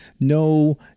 no